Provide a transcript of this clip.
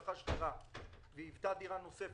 רבותי, נצטרך להכריע בעניין הזה.